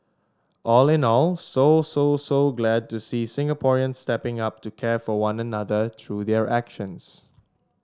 all in all so so so glad to see Singaporeans stepping up to care for one another through their actions